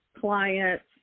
clients